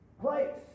place